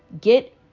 Get